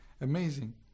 Amazing